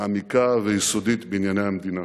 מעמיקה ויסודית בענייני המדינה.